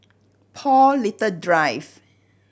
Paul Little Drive